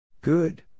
Good